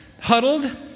huddled